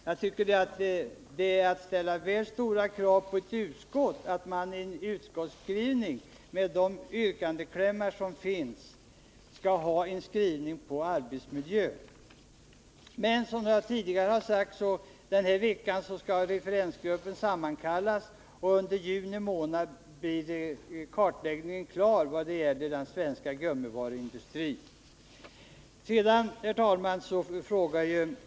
Jag tycker att det är att ställa väl stora krav på ett utskott att det i sina yrkanden skall uttala sig om arbetsmiljön. Men, som jag tidigare har sagt, skall referensgruppen sammankallas denna vecka, och kartläggningen vad gäller den svenska gummivaruindustrin blir klar under juni månad. Herr talman!